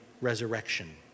resurrection